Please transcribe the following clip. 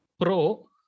Pro